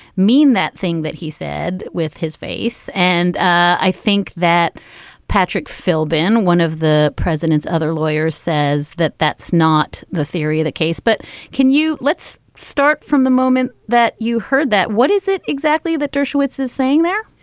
mean that thing that he said with his face. and i think that patrick philbin, one of the president's other lawyers, says that that's not the theory of the case. but can you let's start from the moment that you heard that. what is it exactly that dershowitz is saying there?